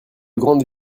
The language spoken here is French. grandes